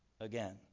again